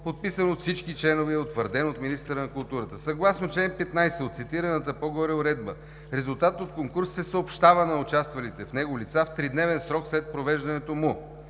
подписан от всички членове и утвърден от министъра на култура. Съгласно чл. 15 от цитираната по-горе уредба резултатът от конкурса се съобщава на участвалите в него лица в 3-дневен срок след провеждането му.